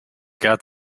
got